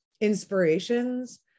inspirations